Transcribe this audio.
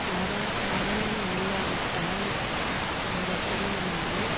நட நடனம் இல்லாவிட்டால் அந்த திருவிழாவில்